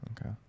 Okay